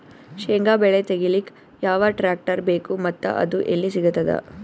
ಶೇಂಗಾ ಬೆಳೆ ತೆಗಿಲಿಕ್ ಯಾವ ಟ್ಟ್ರ್ಯಾಕ್ಟರ್ ಬೇಕು ಮತ್ತ ಅದು ಎಲ್ಲಿ ಸಿಗತದ?